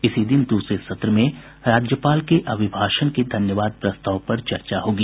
इसी दिन के दूसरे सत्र में राज्यपाल के अभिभाषण के धन्यवाद प्रस्ताव पर चर्चा होगी